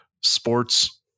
sports